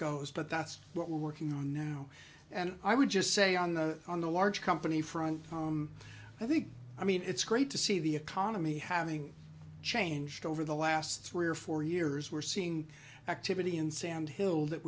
goes but that's what we're working on now and i would just say on the on the large company front i think i mean it's great to see the economy having changed over the last three or four years we're seeing activity in sand hill that